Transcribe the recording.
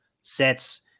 sets